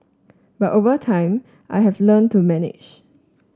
but over time I have learnt to manage